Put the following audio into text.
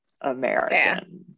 american